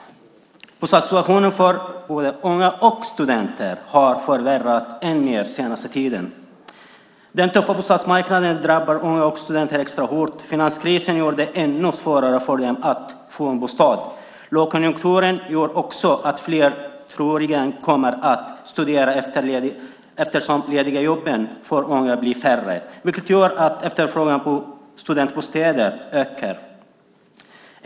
Bostadssituationen för både unga och studenter har förvärrats än mer den senaste tiden. Den tuffa bostadsmarknaden drabbar unga och studenter extra hårt. Finanskrisen gör det ännu svårare för dem att få en bostad. Lågkonjunkturen gör också att fler troligen kommer att studera eftersom de lediga jobben blir färre, vilket gör att efterfrågan på studentbostäder ökar.